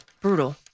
brutal